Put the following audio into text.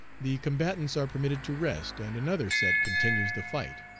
the combatants are permitted to rest, and another set continues the fight.